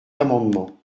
amendement